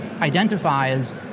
identifies